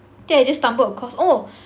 then I just stumbled across oh no